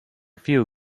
few